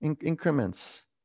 increments